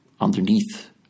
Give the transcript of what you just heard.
underneath